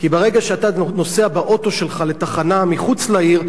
כי ברגע שאתה נוסע באוטו שלך לתחנה מחוץ לעיר,